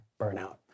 burnout